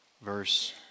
Verse